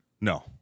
No